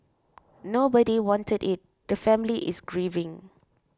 nobody wanted it the family is grieving